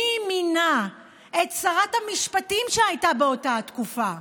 מי מינה את שרת המשפטים שהייתה באותה תקופה?